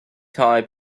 time